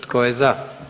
Tko je za?